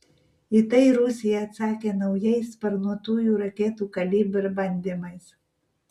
į tai rusija atsakė naujais sparnuotųjų raketų kalibr bandymais